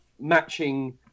matching